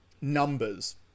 numbers